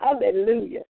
Hallelujah